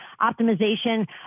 optimization